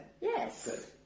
Yes